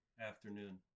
afternoon